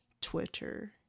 Twitter